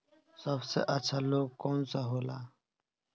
सबसे अच्छा लोन कौन सा होला?